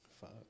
Fuck